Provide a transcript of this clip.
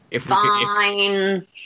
fine